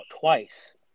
twice